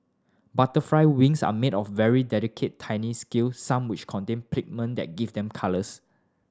butterfly wings are made of very delicate tiny scale some which contain pigment that give them colours